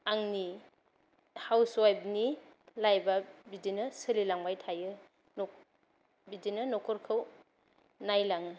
आंनि हाउस वाइफनि लाइफा बिदिनो सोलिलांबाय थायो नख' बिदिनो नख'राखौ नायलाङो